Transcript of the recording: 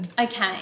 Okay